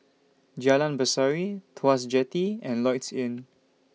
Jalan Berseri Tuas Jetty and Lloyds Inn